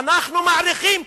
"אנחנו מעריכים",